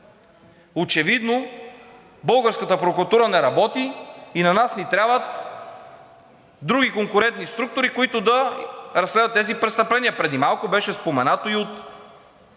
очевидно българската прокуратура не работи и на нас ни трябват други конкурентни структури, които да разследват тези престъпления. Преди малко беше споменато и от